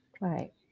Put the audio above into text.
Right